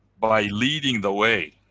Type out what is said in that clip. by leading the way.